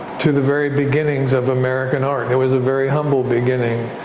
to the very beginnings of american art. it was a very humble beginning.